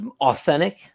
authentic